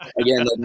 again